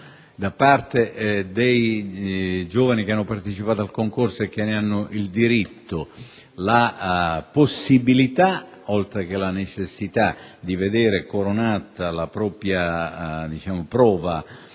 da parte dei giovani che hanno partecipato al concorso e che ne hanno il diritto, la possibilità, oltre che la necessità, di vedere coronata la prova